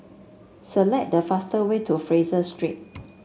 select the fastest way to Fraser Street